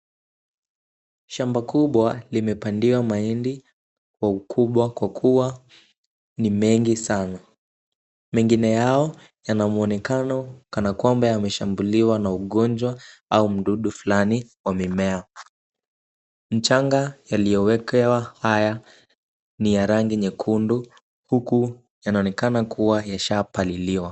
Shamba kubwa limepandiwa mahindi kwa ukubwa kwa kuwa ni mengi sana. Mengine yao yana mwonekano kana kwamba yameshambuliwa na ugonjwa au mdudu fulani wa mimea. Mchanga yaliyowekewa haya ni ya rangi nyekundu huku yanaonekana kuwa yashapaliliwa.